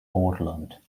portland